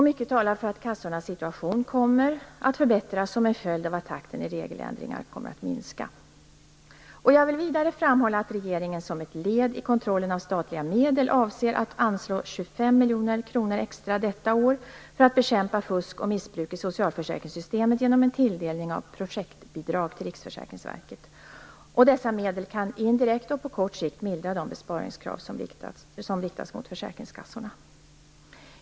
Mycket talar för att kassornas situation kommer att förbättras som en följd av att takten i regeländringarna kommer att minska. Jag vill vidare framhålla att regeringen, som ett led i kontrollen av statliga medel, genom en tilldelning av projektbidrag till Riksförsäkringsverket avser att anslå 25 miljoner kronor extra detta år för att bekämpa fusk och missbruk i socialförsäkringssystemet. Dessa medel kan indirekt och på kort sikt mildra de besparingskrav som riktas mot försäkringskassorna.